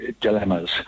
dilemmas